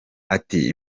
ati